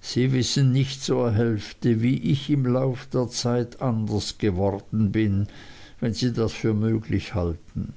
sie wissen nicht zur hälfte wie ich im lauf der zeit anders geworden bin wenn sie das für möglich halten